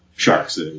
sharks